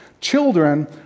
children